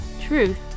truth